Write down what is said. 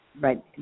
right